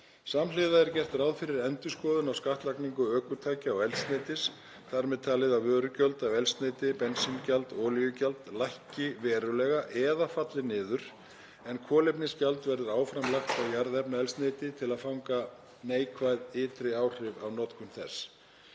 Samhliða er gert ráð fyrir endurskoðun á skattlagningu ökutækja og eldsneytis, þ.m.t. að vörugjöld af eldsneyti, bensíngjald og olíugjald, lækki verulega eða falli niður en kolefnisgjald verður áfram lagt á jarðefnaeldsneyti til að fanga neikvæð ytri áhrif af notkun þess.